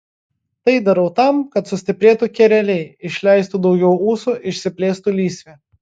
tai darau tam kad sustiprėtų kereliai išleistų daugiau ūsų išsiplėstų lysvė